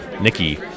Nikki